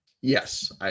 Yes